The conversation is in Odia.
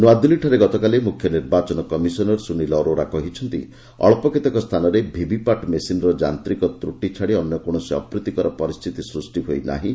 ନୂଆଦିଲ୍ଲୀଠାରେ ଗତକାଲି ମୁଖ୍ୟ ନିର୍ବାଚନ କମିଶନର ସୁନୀଲ ଅରୋରା କହିଛନ୍ତି ଅଳ୍ପ କେତେକ ସ୍ଥାନରେ ଭିଭିପାଟ ମେସିନ୍ର ଯାନ୍ତ୍ରିକ ତ୍ରଟି ଛାଡ଼ି ଅନ୍ୟ କୌଣସି ଅପ୍ରୀତିକର ପରିସ୍ଥିତି ସୃଷ୍ଟି ହୋଇନାହିଁ